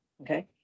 okay